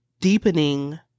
deepening